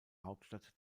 hauptstadt